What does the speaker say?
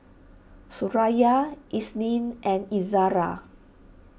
Suraya Isnin and Izara